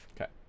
Okay